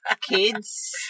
kids